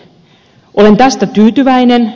olen tästä tyytyväinen